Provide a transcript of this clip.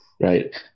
Right